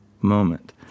moment